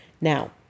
Now